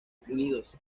unidos